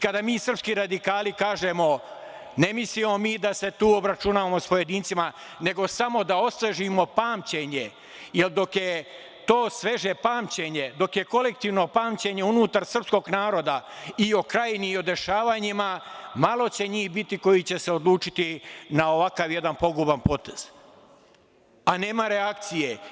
Kada mi srpski radikali kažemo, ne mislimo mi da se tu obračunamo sa pojedincima, nego samo da osvežimo pamćenje, jer dok je to sveže pamćenje, dok je kolektivno pamćenje unutar srpskog naroda i o Krajini i o dešavanjima, malo je njih koji će se odlučiti na ovakav jedan poguban potez, a nema reakcije.